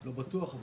לא בטוח,